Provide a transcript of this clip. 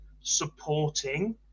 supporting